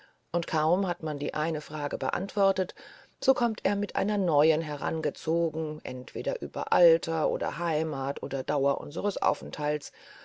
und kaum hat man die eine frage beantwortet so kommt er mit einer neuen herangezogen entweder über alter oder heimat oder dauer unseres aufenthalts